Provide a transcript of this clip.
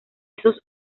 esos